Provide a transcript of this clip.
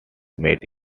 made